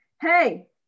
Hey